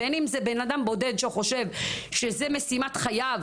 בין אם זה אדם בודד שחושב שזו משימת חייו